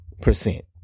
percent